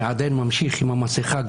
אני ממשיך עם המסכה.